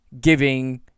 giving